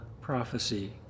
prophecy